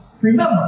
Remember